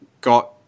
got